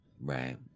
Right